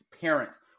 parents